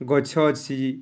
ଗଛ ଅଛି